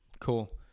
cool